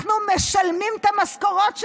אנחנו משלמים את המשכורות שלהם.